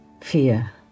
fear